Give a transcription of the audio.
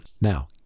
now